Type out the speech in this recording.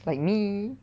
like me